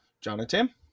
Jonathan